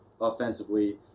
offensively